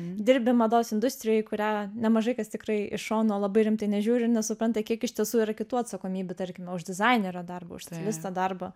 dirbi mados industrijoj kurią nemažai kas tikrai iš šono labai rimtai nežiūri ir nesupranta kiek iš tiesų yra kitų atsakomybių tarkime už dizainerio darbo už stilisto to darbo